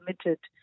committed